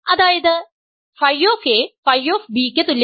അതായത് Φ Φ യ്ക് തുല്യമാണ്